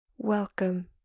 Welcome